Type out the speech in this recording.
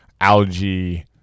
algae